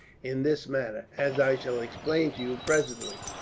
in this manner, as i shall explain to you presently,